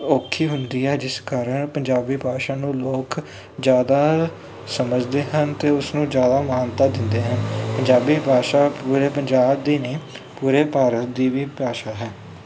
ਔਖੀ ਹੁੰਦੀ ਹੈ ਜਿਸ ਕਾਰਨ ਪੰਜਾਬੀ ਭਾਸ਼ਾ ਨੂੰ ਲੋਕ ਜ਼ਿਆਦਾ ਸਮਝਦੇ ਹਨ ਅਤੇ ਉਸ ਨੂੰ ਜ਼ਿਆਦਾ ਮਾਨਤਾ ਦਿੰਦੇ ਹਨ ਪੰਜਾਬੀ ਭਾਸ਼ਾ ਪੂਰੇ ਪੰਜਾਬ ਦੀ ਨਹੀਂ ਪੂਰੇ ਭਾਰਤ ਦੀ ਵੀ ਭਾਸ਼ਾ ਹੈ